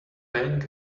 bang